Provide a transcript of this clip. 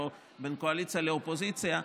לא בין קואליציה לאופוזיציה,